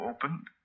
Opened